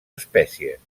espècies